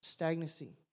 Stagnancy